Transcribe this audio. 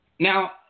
Now